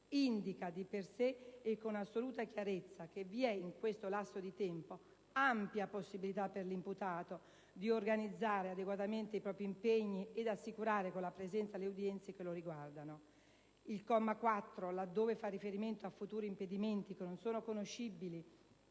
invece di per sé e con assoluta chiarezza che vi è, in questo lasso di tempo, ampia possibilità per l'imputato di organizzare adeguatamente i propri impegni ed assicurare così la presenza alle udienze che lo riguardano. Il comma 4, laddove fa riferimento a futuri impedimenti che non sono conoscibili